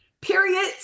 Period